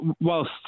whilst